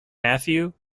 matthew